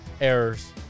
errors